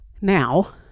now